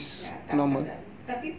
ya tak tak tapi